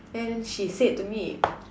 then she said to me